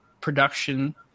production